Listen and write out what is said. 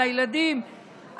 לילדים,